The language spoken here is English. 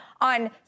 on